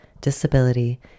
disability